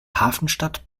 hafenstadt